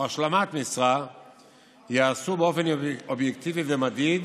השלמת משרה ייעשו באופן אובייקטיבי ומדיד,